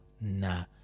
Nah